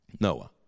Noah